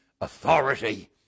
authority